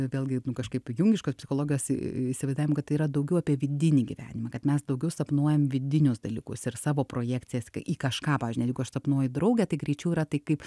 vėlgi nu kažkaip jungiškos psichologijos įsivaizdavimu kad tai yra daugiau apie vidinį gyvenimą kad mes daugiau sapnuojam vidinius dalykus ir savo projekcijas į kažką pavyzdžiui net jeigu aš sapnuoju draugę tai greičiau yra tai kaip